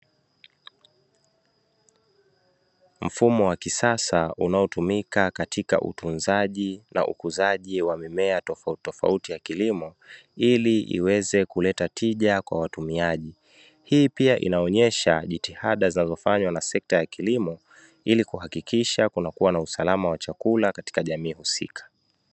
Mfumo wa kisasa unaotumika katika utunzaji na ukuzaji wa mimea tofauti tofauti ya kilimo, ili iweze kuleta tija kwa watumiaji. Hii pia inaonyesha jitihada zinazofanywa na sekta ya kilimo ilikuhakikisha kuna kuwa na usalama wachakula katika jamii husika.